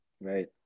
Right